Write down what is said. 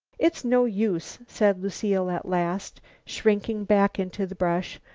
it's no use, said lucile at last, shrinking back into the brush.